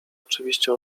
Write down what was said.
oczywiście